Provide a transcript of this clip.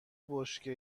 بشکه